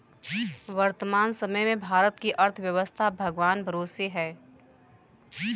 वर्तमान समय में भारत की अर्थव्यस्था भगवान भरोसे है